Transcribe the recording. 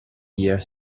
year